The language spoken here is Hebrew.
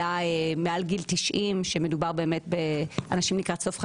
עלה מעל גיל 90 שמדובר באנשים לקראת סוף חייהם,